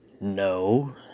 No